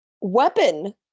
weapon